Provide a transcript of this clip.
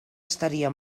estaria